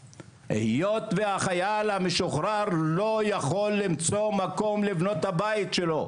זאת היות והחייל המשוחרר לא יכול למצוא מקום לבנות את הבית שלו.